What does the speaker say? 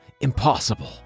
Impossible